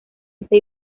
esta